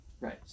right